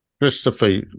Christopher